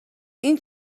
این